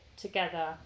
together